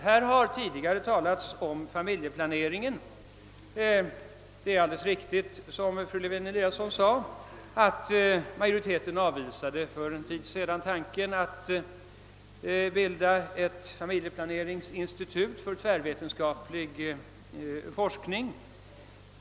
Här har tidigare talats om familjeplaneringen. Det är alldeles riktigt, som fru Lewén-Eliasson sade, att majoriteten för en tid sedan avvisade tanken att bilda ett familjeplaneringsinstitut för tvärvetenskaplig forskning.